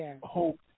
hope